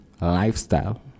lifestyle